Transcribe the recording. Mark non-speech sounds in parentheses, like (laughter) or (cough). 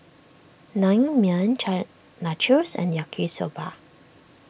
Naengmyeon (unintelligible) Nachos and Yaki Soba